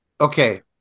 okay